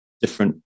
different